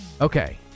okay